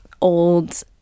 old